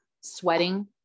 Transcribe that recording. sweating